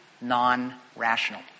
non-rational